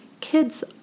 Kids